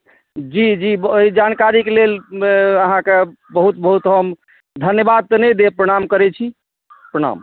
जी जी जानकारीके लेल अहाँकेँ बहुत बहुत हम धन्यवाद तऽ नहि देब प्रणाम करैत छी प्रणाम